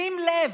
שים לב: